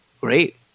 Great